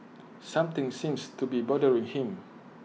something seems to be bothering him